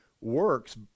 works